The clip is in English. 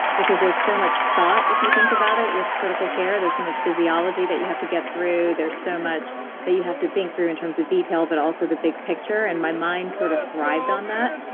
because there is so much thought if you think about it, with critical care there is so much physiology that you have to get through. there is so much that you have to think through in terms of detail, but also the big picture, and my mind sort of thrived on that.